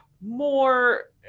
more